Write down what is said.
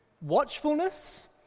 watchfulness